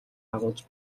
агуулж